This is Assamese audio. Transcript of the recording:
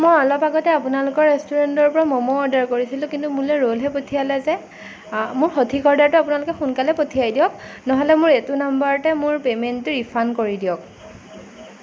মই অলপ আগতে আপোনালোকৰ ৰেষ্টুৰেণ্টৰ পৰা ম'ম' অৰ্ডাৰ কৰিছিলোঁ কিন্তু মোলৈ ৰ'লহে পঠিয়ালে যে মোৰ সঠিক অৰ্ডাৰটো আপোনালোকে সোনকালে পঠিয়াই দিয়ক নহ'লে মোৰ এইটো নম্বৰতে মোৰ পে'মেণ্টটো ৰিফাণ্ড কৰি দিয়ক